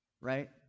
right